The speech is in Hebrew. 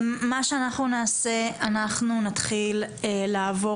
מה שאנחנו נעשה זה שאנחנו נתחיל לעבור